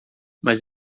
mas